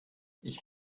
ich